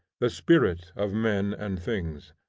the spirit of men and things.